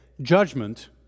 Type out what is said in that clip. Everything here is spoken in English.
judgment